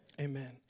Amen